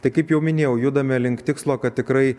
tai kaip jau minėjau judame link tikslo kad tikrai